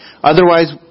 Otherwise